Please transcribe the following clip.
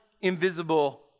invisible